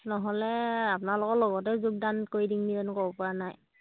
নহ'লে আপোনালোকৰ লগতে যোগদান কৰি দিমনি জানো ক'ব পৰা নাই